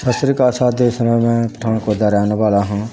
ਸਤਿ ਸ਼੍ਰੀ ਅਕਾਲ ਸਰ ਦੇਸ ਰਾਜ ਮੈਂ ਪਠਾਨਕੋਟ ਦਾ ਰਹਿਣ ਵਾਲਾ ਹਾਂ